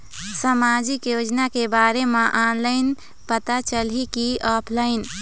सामाजिक योजना के बारे मा ऑनलाइन पता चलही की ऑफलाइन?